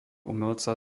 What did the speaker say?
umelca